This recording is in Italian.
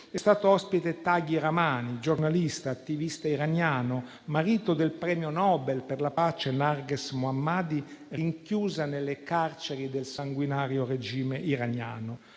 è stato ospite Taghi Rahmani, giornalista, attivista iraniano, marito del premio Nobel per la pace Narges Mohammadi, rinchiusa nelle carceri del sanguinario regime iraniano.